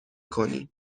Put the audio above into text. کنین